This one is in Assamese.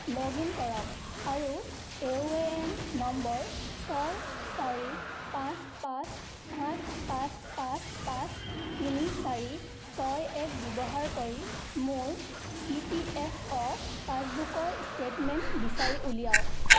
লগ ইন কৰক আৰু ইউ এ এন নম্বৰ ছয় চাৰি পাঁচ পাঁঁচ সাত পাঁচ পাঁচ পাঁচ তিনি চাৰি ছয় এক ব্যৱহাৰ কৰি মোৰ ই পি এফ অ' পাচবুকৰ ষ্টেটমেণ্ট বিচাৰি উলিয়াওক